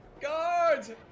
Guards